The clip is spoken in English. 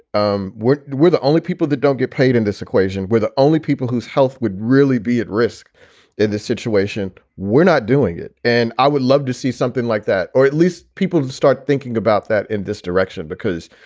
um we're we're the only people that don't get paid in this equation. we're the only people whose health would really be at risk in this situation. we're not doing it. and i would love to see something like that, or at least people who start thinking about that in this direction, because,